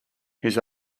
his